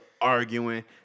arguing